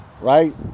right